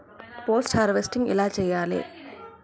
Post harvesting ఎలా చెయ్యాలే?